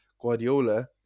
Guardiola